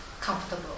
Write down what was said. comfortable